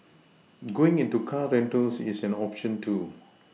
going into car rentals is an option too